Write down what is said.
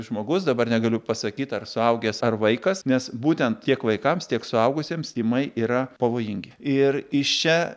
žmogus dabar negaliu pasakyt ar suaugęs ar vaikas nes būtent tiek vaikams tiek suaugusiems tymai yra pavojingi ir į šią